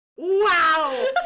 Wow